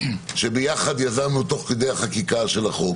ביחד יזמנו תוך כדי החקיקה של החוק